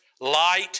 light